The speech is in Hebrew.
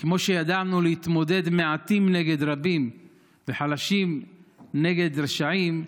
כמו שידענו להתמודד מעטים נגד רבים וחלשים נגד רשעים,